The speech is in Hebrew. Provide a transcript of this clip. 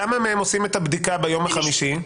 כמה מהם עושים בדיקה ביום החמישי?